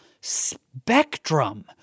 spectrum